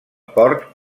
port